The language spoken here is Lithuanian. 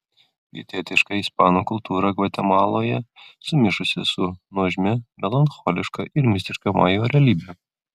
pietietiška ispanų kultūra gvatemaloje sumišusi su nuožmia melancholiška ir mistiška majų realybe